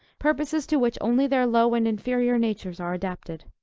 purposes to which only their low and inferior natures are adapted.